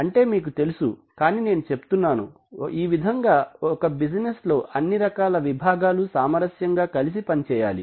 అంటే మీకు తెలుసు కానీ నేను చెప్తున్నాను ఈ విధంగా ఒక బిజినెస్ లో అన్ని రకాల విభాగాలు సామరస్యంగా కలిసి పని చేయాలి